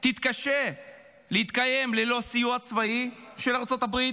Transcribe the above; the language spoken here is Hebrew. תתקשה להתקיים ללא סיוע צבאי של ארצות הברית,